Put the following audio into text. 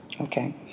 Okay